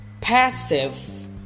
passive